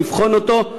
לבחון אותו,